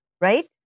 Right